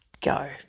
go